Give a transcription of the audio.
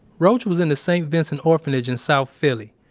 rauch was in the st. vincent orphanage in south philly.